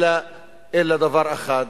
אלא דבר אחד,